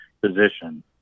position